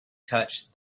touched